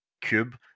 Cube